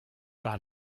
par